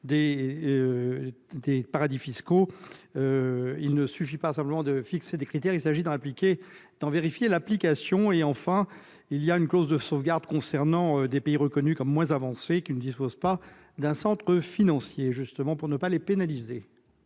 des paradis fiscaux ; il ne suffit pas de fixer des critères, il convient d'en vérifier l'application. Enfin, une clause de sauvegarde porte sur les pays reconnus comme moins avancés, qui ne disposent pas d'un centre financier : il convient de ne pas les pénaliser.